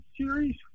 series